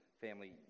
family